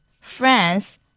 France